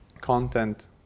content